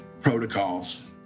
protocols